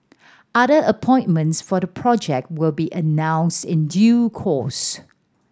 other appointments for the project will be announced in due course